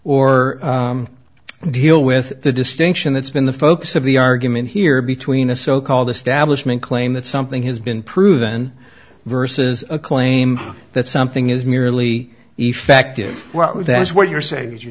or deal with the distinction that's been the focus of the argument here between a so called establishment claim that something has been proven versus a claim that something is merely effective that's what you're saying